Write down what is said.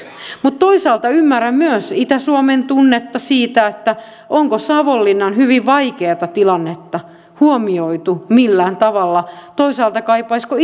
mutta toisaalta ymmärrän myös itä suomen tunnetta siitä onko savonlinnan hyvin vaikeata tilannetta huomioitu millään tavalla toisaalta kaipaisiko